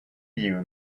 you